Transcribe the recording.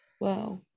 Wow